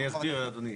אני אסביר, אדוני.